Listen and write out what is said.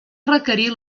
requerir